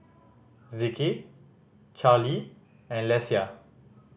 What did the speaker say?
Zeke Charlee and Lesia